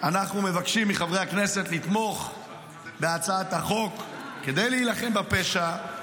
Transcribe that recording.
אנחנו מבקשים מחברי הכנסת לתמוך בהצעת החוק כדי להילחם בפשע,